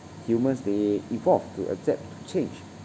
humans they evolve to adapt change